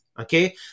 Okay